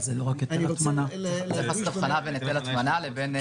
זה סימפטום של העדר חינוך.